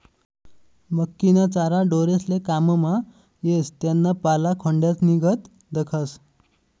मक्कीना चारा ढोरेस्ले काममा येस त्याना पाला खोंड्यानीगत दखास